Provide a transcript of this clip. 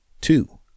two